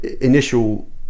initial